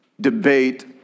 debate